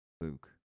Luke